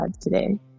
today